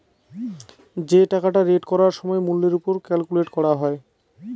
যে টাকাটা রেট করার সময় মূল্যের ওপর ক্যালকুলেট করা হয়